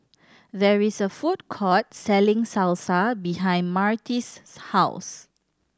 there is a food court selling Salsa behind Martez's house